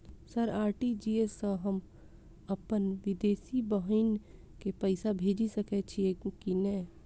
Sir RTGS सँ हम अप्पन विदेशी बहिन केँ पैसा भेजि सकै छियै की नै?